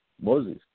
Moses